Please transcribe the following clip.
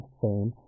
fame